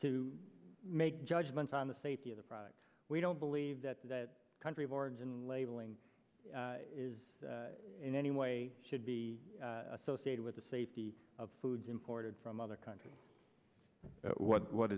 make judgments on the safety of the product we don't believe that that country of origin labeling is in any way should be associated with the safety of foods imported from other countries what